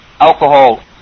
alcohol